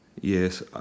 Yes